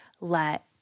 let